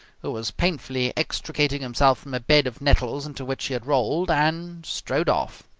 who was painfully extricating himself from a bed of nettles into which he had rolled, and strode off.